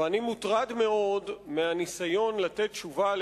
ואני מוטרד מאוד מהניסיון לתת תשובה על